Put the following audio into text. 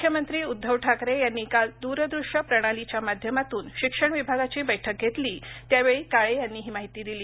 मुख्य मंत्री उद्धव ठाकरे यांनी काल दूर दृष्य प्रणालीच्या माध्यमातून शिक्षण विभागाची बैठक घेतली त्यावेळी काळे यांनी ही माहिती दिली